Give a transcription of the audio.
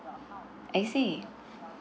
I see